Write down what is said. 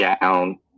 down